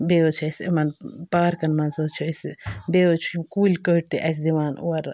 بیٚیہِ حظ چھِ اَسہِ یِمَن پارکَن منٛز حظ چھِ اَسہِ بیٚیہِ حظ چھِ یِم کُلۍ کٔٹۍ تہِ اَسہِ دِوان اورٕ